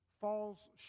falls